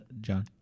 John